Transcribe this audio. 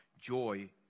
joy